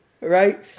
Right